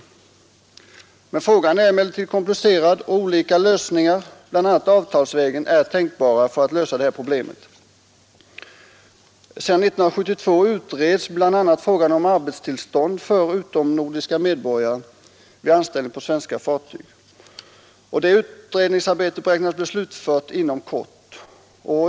Frågan är emellertid komplicerad och olika lösningar, bl.a. avtalsvägen, är tänkbara. Sedan 1972 utreds bl.a. frågan om arbetstillstånd för utomnordiska medborgare vid anställning på svenska fartyg. Detta utredningsarbete beräknas bli slutfört inom kort.